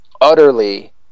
utterly